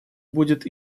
будет